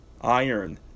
iron